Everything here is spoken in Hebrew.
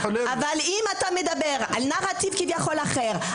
אבל אם אתה מדבר על כביכול נרטיב אחר,